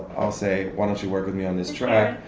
i'll say, why don't you work with me on this track?